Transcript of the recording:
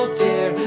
dear